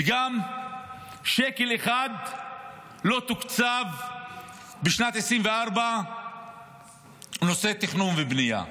וגם שקל אחד לא תוקצב בשנת 2024 בנושא תכנון ובנייה,